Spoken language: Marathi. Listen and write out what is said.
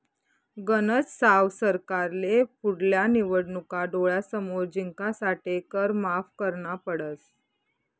गनज साव सरकारले पुढल्या निवडणूका डोळ्यासमोर जिंकासाठे कर माफ करना पडस